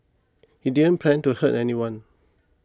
he didn't plan to hurt anyone